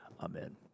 Amen